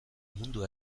mundu